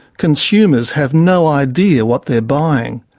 consumers have no idea what they're buying.